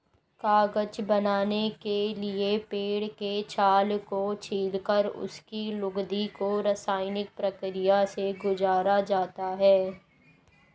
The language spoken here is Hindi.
कागज बनाने के लिए पेड़ के छाल को छीलकर उसकी लुगदी को रसायनिक प्रक्रिया से गुजारा जाता है